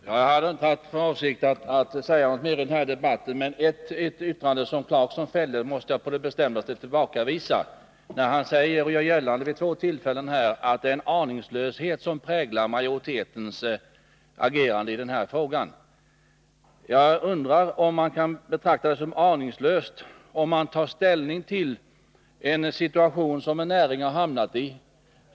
Fru talman! Jag hade inte för avsikt att säga något mer i den här debatten, men ett yttrande som Rolf Clarkson gjorde måste jag på det bestämdaste tillbakavisa. Han gjorde vid två tillfällen gällande att det är aningslöshet som präglar majoritetens agerande i denna fråga. Jag undrar om det kan betraktas som aningslöst att man tar ställning till en situation som näringen har hamnat i.